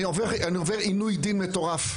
אני עובר עינוי דין מטורף.